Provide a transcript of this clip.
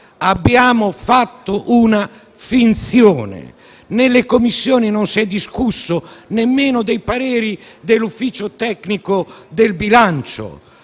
Abbiamo fatto una finzione: nelle Commissioni non si è discusso nemmeno dei pareri dell'Ufficio tecnico del bilancio,